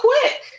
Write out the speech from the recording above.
quick